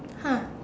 !huh!